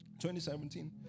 2017